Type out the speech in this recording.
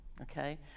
Okay